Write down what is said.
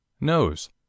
Nose